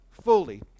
fully